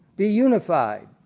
be unified.